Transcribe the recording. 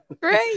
Great